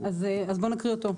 אז בוא נקריא אותו.